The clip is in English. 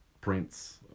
prints